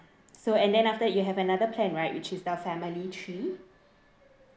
so and then after you have another plan right which is the family tree